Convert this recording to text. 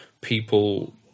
people